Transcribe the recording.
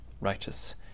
righteous